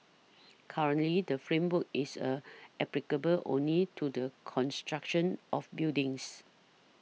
currently the framework is a applicable only to the construction of buildings